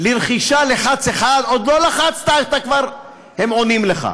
לרכישה לחץ 1, עוד לא לחצת, הם כבר עונים לך.